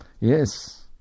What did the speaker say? Yes